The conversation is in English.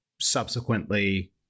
subsequently